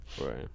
Right